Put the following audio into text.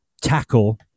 tackle